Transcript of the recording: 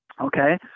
Okay